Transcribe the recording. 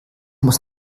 muss